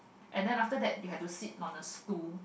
and then after that you had to sit on a stool